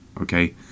okay